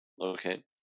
okay